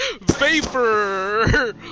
vapor